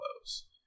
close